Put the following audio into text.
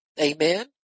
Amen